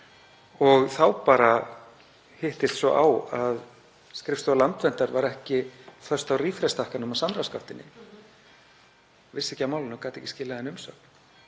Þá bara hittist svo á að skrifstofa Landverndar var ekki föst á „refresh“- takkanum á samráðsgáttinni, vissi ekki af málinu og gat ekki skilað inn umsögn.